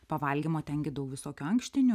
pavalgėm o ten gi daug visokių ankštinių